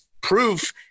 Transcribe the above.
proof